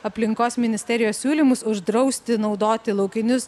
aplinkos ministerijos siūlymus uždrausti naudoti laukinius